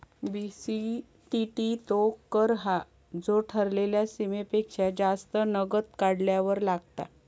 BCTT तो कर हा जो ठरलेल्या सीमेपेक्षा जास्त नगद काढल्यार लागता